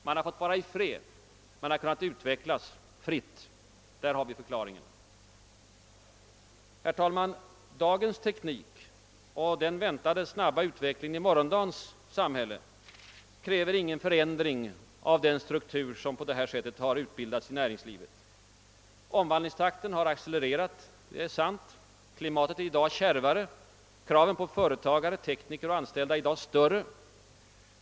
Man har fått vara i fred, man har kunnat utvecklas fritt — där har vi förklaringen. Herr talman! Dagens teknik och den väntade snabba utvecklingen i morgondagens samhälle kräver ingen förändring av den struktur som på detta sätt har utbildats i näringslivet. Omvandlingstakten har accelererat, det är sant. Klimatet är i dag kärvare, och kraven på företagare, tekniker och anställda är större.